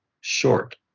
short